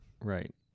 Right